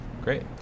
Great